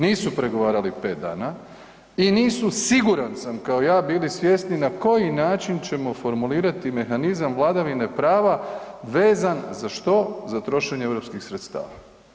Nisu pregovarali 5 dana i nisu, siguran sam, kao ja, bili svjesni na koji način ćemo formulirati mehanizam vladavine prava vezan, za što, za trošenje europskih sredstava.